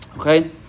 Okay